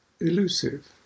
elusive